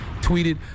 tweeted